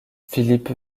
philippe